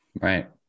Right